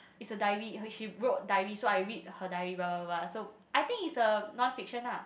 is a diary he she wrote so I read her diary blah blah blah so I think is a non fiction lah